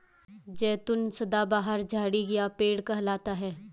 जैतून सदाबहार झाड़ी या पेड़ कहलाता है